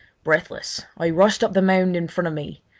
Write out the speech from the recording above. breathless i rushed up the mound in front of me,